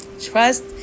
trust